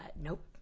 nope